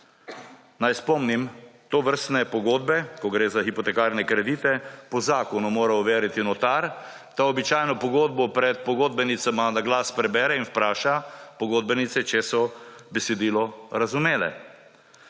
Naj spomnim, tovrstne pogodbe, ko gre za hipotekarne kredite, po zakonu mora overiti notar. Ta običajno pogodbo pred pogodbenicama na glas prebere in vpraša pogodbenice, če so besedilo razumele.